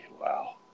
Wow